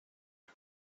and